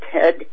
Ted